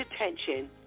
attention